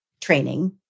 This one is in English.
training